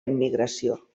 immigració